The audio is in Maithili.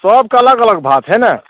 सभके अलग अलग भाव छै ने